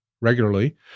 regularly